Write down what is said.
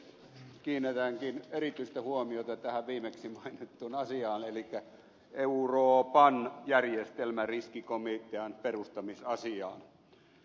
kiinnitänkin erityistä huomiota tähän viimeksi mainittuun asiaan elikkä euroopan järjestelmäriskikomitean perustamisasiaan